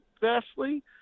vastly